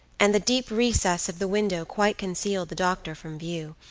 and the deep recess of the window quite concealed the doctor from view,